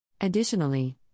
Additionally